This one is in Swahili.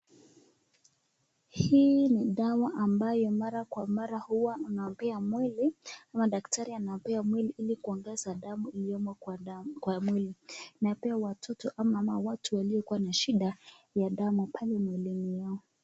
Hii ni dawa ambayo mara kwa mara huwa unapea mwili ama daktari anapea mwili ili kuongeza damu iliyomo kwa mwili, unapea watoto ama watu waliokuwa na shida ya damu pale mwilini yao.